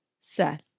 Seth